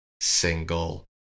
single